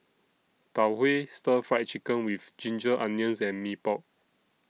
Tau Huay Stir Fry Chicken with Ginger Onions and Mee Pok